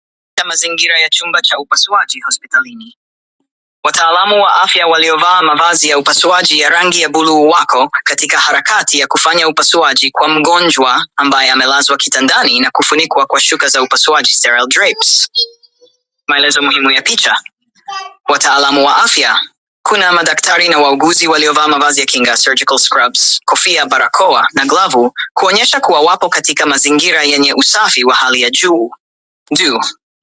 Katika mazingira ya chumba cha upasuaji hospitalini. Wataalamu wa afya waliovaa mavazi ya upasuaji ya rangi ya buluu wako katika harakati ya kufanya upasuaji kwa mgonjwa ambaye amelazwa kitandani na kufunikwa kwa shuka za upasuaji sera drapes maelezo mwenye picha, wataalamu wa afya, kuna madaktari na wauguzi waliovaa mavazi ya kinga sergical golves kofia barakoa na glavu kuonyesha kuwa wako katika mazingira yenye usafi wa hali ya juu.